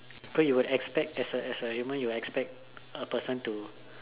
cause you would expect as a as a human you would expect a human to